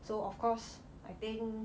so of course I think